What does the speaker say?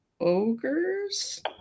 ogres